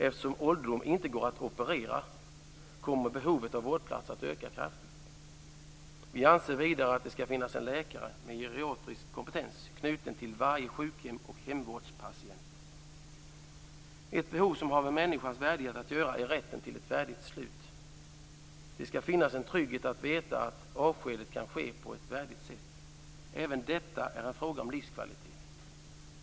Eftersom ålderdom inte går att operera kommer behovet av vårdplatser att öka kraftigt. Vi anser vidare att det skall finnas en läkare med geriatrisk kompetens knuten till varje sjukhem och hemvårdspatient. Ett behov som har med människans värdighet att göra är rätten till ett värdigt slut. Det skall finnas en trygghet att veta att avskedet kan ske på ett värdigt sätt. Även detta är en fråga om livskvalitet.